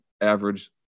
average